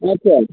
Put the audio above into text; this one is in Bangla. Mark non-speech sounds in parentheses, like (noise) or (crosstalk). (unintelligible)